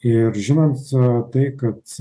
ir žinant tai kad